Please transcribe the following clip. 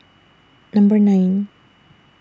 Number nine